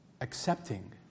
accepting